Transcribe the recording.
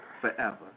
forever